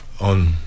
On